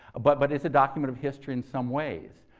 but but it's a document of history in some ways,